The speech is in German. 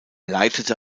leitete